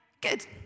Good